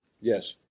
Yes